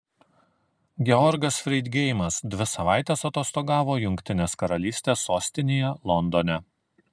georgas freidgeimas dvi savaites atostogavo jungtinės karalystės sostinėje londone